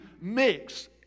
mix